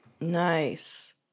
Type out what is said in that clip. Nice